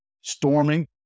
Storming